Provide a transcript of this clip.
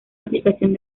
aplicación